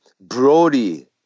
Brody